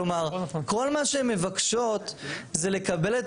כלומר כל מה שהן מבקשות זה לקבל את